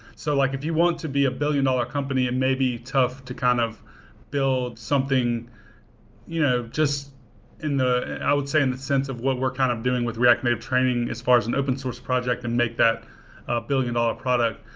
so like if you want to be a billion dollar company, it may be tough to kind of build something you know just in the i would say, in the sense of what we're kind of doing with react native training as far as an open-source project and make that a billion dollar product.